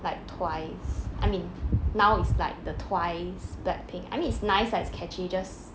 like twice I mean now is like the twice blackpink I mean it's nice lah it's catchy just